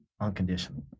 unconditionally